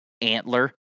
antler